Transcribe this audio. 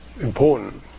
important